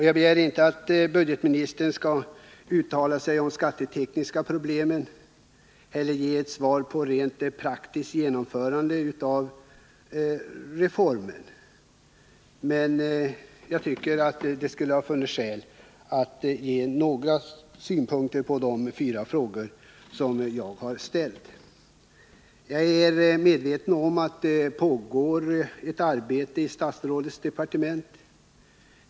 Jag begär inte att budgetministern skall uttala sig om skattetekniska problem eller ge ett svar på frågan om det rent praktiska genomförandet av reformen. Men det borde enligt min mening ha funnits skäl för budgetministern att ge några synpunkter på de fyra frågor som jag har ställt. Jag är medveten om att det på detta område pågår ett arbete i statsrådets departement.